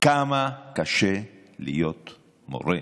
כמה קשה להיות מורה,